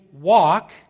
walk